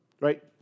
Right